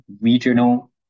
regional